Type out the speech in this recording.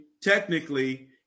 technically